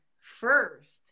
first